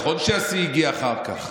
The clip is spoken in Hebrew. נכון שהשיא הגיע אחר כך.